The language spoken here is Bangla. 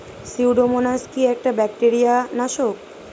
সিউডোমোনাস কি একটা ব্যাকটেরিয়া নাশক?